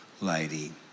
lady